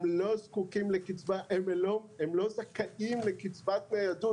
הם לא זכאים לקצבת ניידות,